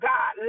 God